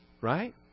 Right